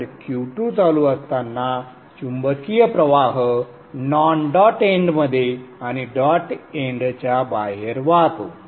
तर Q2 चालू असताना चुंबकीय प्रवाह नॉन डॉट एंडमध्ये आणि डॉट एंडच्या बाहेर वाहतो